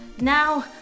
now